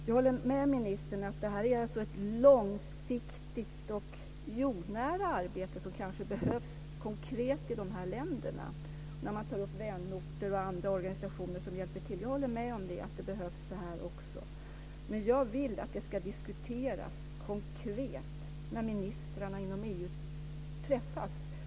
Jag håller med ministern om att det kanske är ett långsiktigt och jordnära arbete som konkret behövs i de här länderna. Man tar upp vänorter och andra organisationer som hjälper till. Jag håller med om att det också behövs. Men jag vill att det ska diskuteras konkret när ministrarna inom EU träffas.